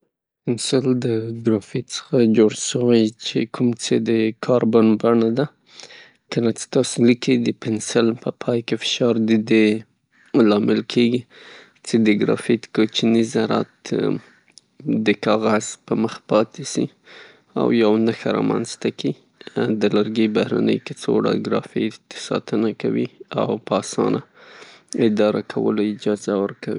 پنسل د ګرافیت څخه جوړ سوی چه کوم څې د کاربن بڼه ده، کله چه تاسې لیکئ، د پنسل په پای کې فشار د دې چه د ګرافیت کوچیني ذرات د کاغذ پرمخ پاتې سي او یو نښه رامنځته کړي، د لرګي بهرنی برخه د ګرافیتو ساتنه کوي او په اسانه اداره کولو اجازه ورکیي.